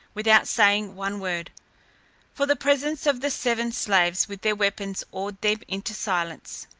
without saying one word for the presence of the seven slaves with their weapons awed them into silence.